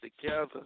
together